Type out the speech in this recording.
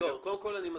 קודם כול אני מסכים,